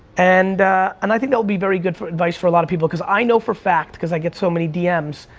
and and i think that'll be very good for advice for a lot of people, because i know for fact, cause i get so many dm's,